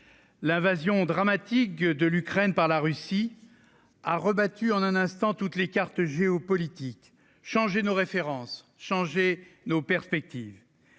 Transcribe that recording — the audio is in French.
L'invasion dramatique de l'Ukraine par la Russie a rebattu en un instant toutes les cartes géopolitiques, changé nos références et bouleversé nos perspectives.